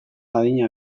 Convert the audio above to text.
adina